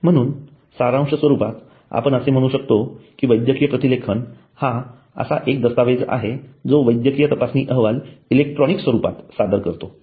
म्हणून सारांश स्वरूपात आपण असे म्हणू शकतो की वैद्यकीय प्रतिलेखन हा असा एक दस्तऐवज आहे जो वैद्यकीय तपासणी अहवाल इलेक्ट्रॉनिक स्वरूपात सादर करतो